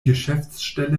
geschäftsstelle